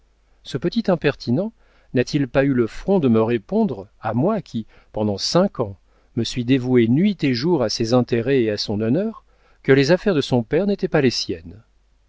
ce petit impertinent n'a-t-il pas eu le front de me répondre à moi qui pendant cinq ans me suis dévoué nuit et jour à ses intérêts et à son honneur que les affaires de son père n'étaient pas les siennes